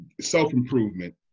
self-improvement